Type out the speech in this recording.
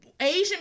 Asian